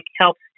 helps